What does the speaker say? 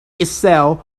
itself